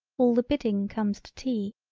all the bidding comes to tea.